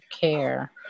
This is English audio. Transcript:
care